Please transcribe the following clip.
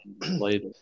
later